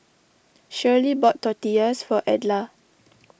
Shirley bought Tortillas for Edla